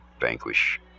vanquish